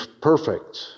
perfect